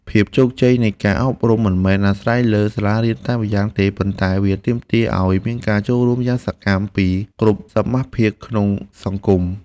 ភាពជោគជ័យនៃការអប់រំមិនមែនអាស្រ័យលើសាលារៀនតែម្យ៉ាងទេ ប៉ុន្តែវាទាមទារឱ្យមានការចូលរួមយ៉ាងសកម្មពីគ្រប់សមាសភាគក្នុងសង្គម។